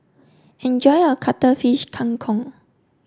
enjoy your Cuttlefish Kang Kong